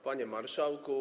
Panie Marszałku!